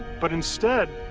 but instead,